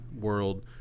world